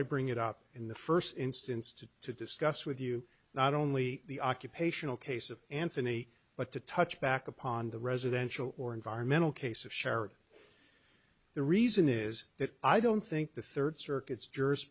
i bring it up in the first instance to to discuss with you not only the occupational case of anthony but to touch back upon the residential or environmental case of sharing the reason is that i don't think the third circuit's jur